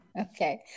Okay